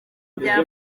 bya